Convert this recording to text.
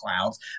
clouds